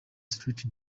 street